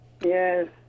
Yes